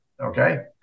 okay